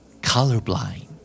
Colorblind